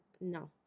No